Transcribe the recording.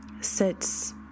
sits